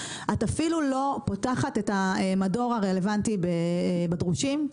את אפילו לא פותחת את המדור הרלוונטי בדרושים,